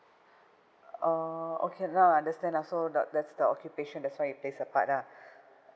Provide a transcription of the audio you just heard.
orh okay lah understand lah so the that's the occupation that's why it plays a part lah